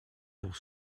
pour